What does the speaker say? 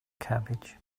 cabbage